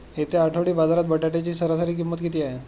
येत्या आठवडी बाजारात बटाट्याची सरासरी किंमत किती आहे?